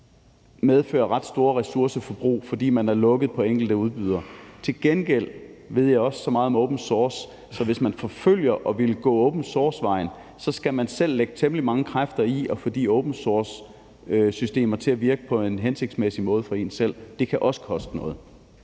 medfører ret store ressourceforbrug, fordi man er lukket på enkelte udbydere. Til gengæld ved jeg også så meget om open source, at hvis man forfølger det at ville gå open source-vejen, så skal man selv lægge temmelig mange kræfter i at få de open source-systemer til at virke på en hensigtsmæssig måde for en selv. Det kan også koste noget.